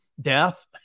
death